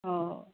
অ